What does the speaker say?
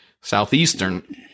Southeastern